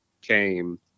came